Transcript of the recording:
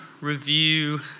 review